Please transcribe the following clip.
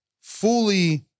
fully